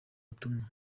butumwa